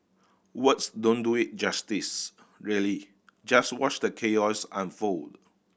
words don't do it justice really just watch the chaos unfold